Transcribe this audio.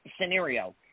scenario